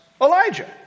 Elijah